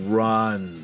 run